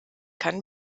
kann